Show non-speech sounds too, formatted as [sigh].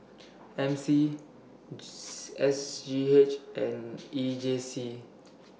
M C [noise] S G H and E J C